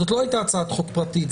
זאת לא הייתה הצעת חוק פרטית,